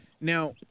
Now